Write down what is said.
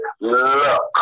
look